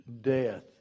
death